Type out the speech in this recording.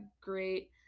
great